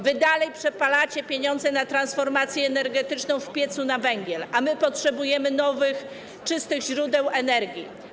Wy dalej przepalacie pieniądze na transformację energetyczną w piecu na węgiel, a my potrzebujemy nowych czystych źródeł energii.